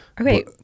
Okay